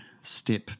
step